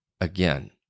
again